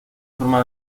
forma